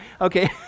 okay